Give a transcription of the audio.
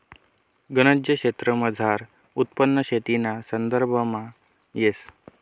गनज क्षेत्रमझारलं उत्पन्न शेतीना संदर्भामा येस